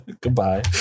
Goodbye